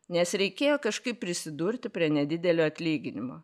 nes reikėjo kažkaip prisidurti prie nedidelio atlyginimo